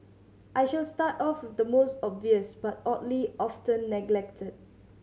I shall start off with the most obvious but oddly often neglected